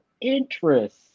interest